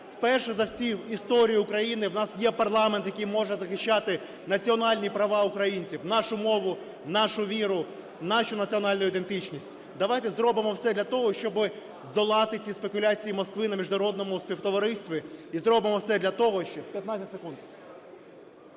вперше за всю історію України в нас є парламент, який може захищати національні права українців, нашу мову, нашу віру, нашу національну ідентичність. Давайте зробимо все для того, щоб здолати ці спекуляції Москви на міжнародному співтоваристві, і зробимо все для того, щоб… (15 секунд).